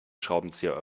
schraubenzieher